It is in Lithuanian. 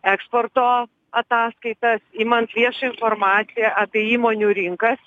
eksporto ataskaitas imant viešą informaciją apie įmonių rinkas